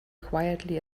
quietly